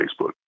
facebook